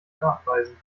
nachweisen